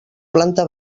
planta